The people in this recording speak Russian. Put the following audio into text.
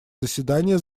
заседание